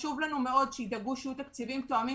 חשוב לנו מאוד שידאגו שיהיו תקציבים תואמים